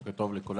בוקר טוב לכולם,